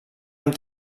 amb